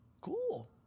Cool